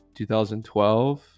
2012